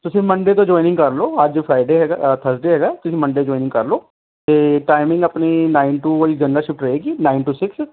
ਤੁਸੀਂ ਮੰਡੇ ਤੋਂ ਜੁਇਨਿੰਗ ਕਰ ਲਓ ਅੱਜ ਫਰਾਈਡੇ ਹੈਗਾ ਅ ਥਰਸਡੇ ਹੈਗਾ ਤੁਸੀਂ ਮੰਡੇ ਜੁਇਨਿੰਗ ਕਰ ਲਓ ਅਤੇ ਟਾਈਮਿੰਗ ਆਪਣੀ ਨਾਈਨ ਟੂ ਵਾਲੀ ਜਨਰਲ ਸ਼ਿਫਟ ਰਹੇਗੀ ਨਾਈਨ ਟੂ ਸਿਕਸ